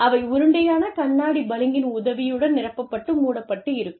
அவை உருண்டையான கண்ணாடி பளிங்கின் உதவியுடன் நிரப்பப்பட்டு மூடப்பட்டிருக்கும்